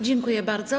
Dziękuję bardzo.